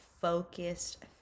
focused